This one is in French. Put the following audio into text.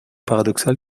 paradoxal